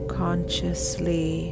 consciously